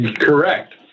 Correct